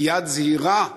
ביד זהירה,